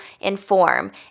inform